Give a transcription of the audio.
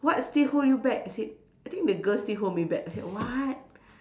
what still hold you back I said I think the girl still hold me back I said what